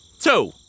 Two